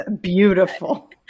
beautiful